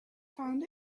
found